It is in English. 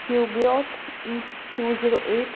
Peugeot E two zero eight